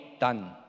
done